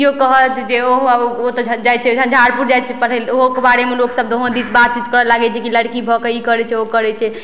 केओ कहत जे ओहो ओ तऽ जाइ छै झंझारपुर जाइ छै पढ़य लए ओहोके बारे लोकसब दोनो दिस बातचीत करऽ लागय छै कि लड़की भऽके ई करय छै ओ करय छै